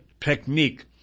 technique